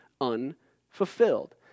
unfulfilled